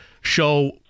show